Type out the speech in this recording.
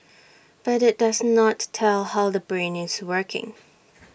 but IT does not tell how the brain is working